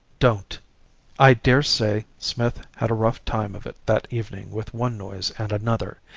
don't i daresay smith had a rough time of it that evening with one noise and another,